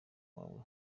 wawe